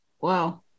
wow